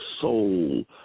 soul